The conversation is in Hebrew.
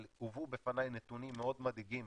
אבל הובאו בפניי נתונים מאוד מדאיגים